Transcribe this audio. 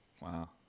Wow